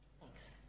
Thanks